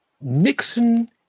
Nixon